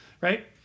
Right